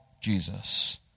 Jesus